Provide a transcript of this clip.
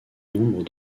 nombre